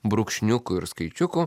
brūkšniukų ir skaičiukų